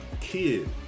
kid